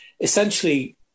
essentially